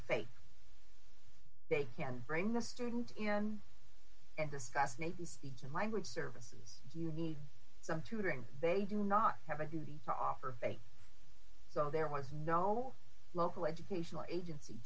faith they can bring the student in and discuss maybe speech and language services you need some tutoring they do not have a duty to offer faith so there was no local educational agenc